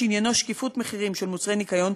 שעניינו שקיפות מחירים של מוצרי ניקיון,